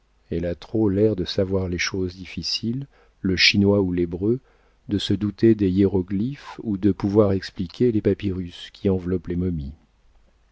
elle a trop l'air de savoir les choses difficiles le chinois ou l'hébreu de se douter des hiéroglyphes ou de pouvoir expliquer les papyrus qui enveloppent les momies